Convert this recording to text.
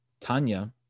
Tanya